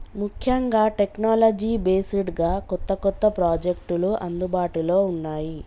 ముఖ్యంగా technology based గా కొత్త కొత్త ప్రాజెక్టులు అందుబాటులో ఉన్నాయి